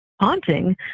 haunting